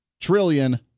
trillion